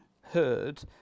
heard